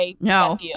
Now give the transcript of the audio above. no